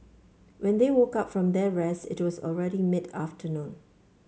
when they woke up from their rest it was already mid afternoon